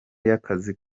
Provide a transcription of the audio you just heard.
y’akazi